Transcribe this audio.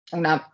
una